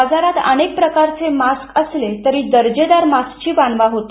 बाजारात अनेक प्रकारचे मास्क असले तरी दर्जेदार मास्क ची वानवा होती